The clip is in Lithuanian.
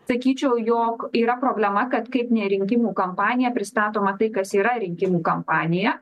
sakyčiau jog yra problema kad kaip ne rinkimų kampanija pristatoma tai kas yra rinkimų kampanija